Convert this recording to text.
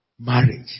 marriage